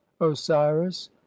osiris